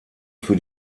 für